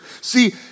See